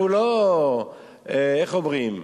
אנחנו לא, איך אומרים,